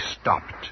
stopped